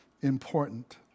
important